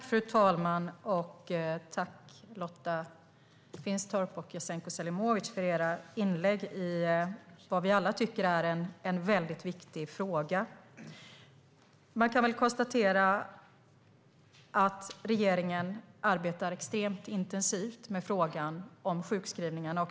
Fru talman! Tack, Lotta Finstorp och Jasenko Omanovic, för era inlägg i det som vi alla tycker är en väldigt viktig fråga. Regeringen arbetar extremt intensivt med frågan om sjukskrivningarna.